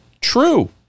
true